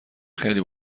خیلی